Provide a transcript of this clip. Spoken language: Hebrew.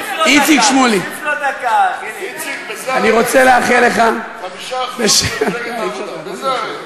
איציק, אני מציע לך לצאת מהמליאה.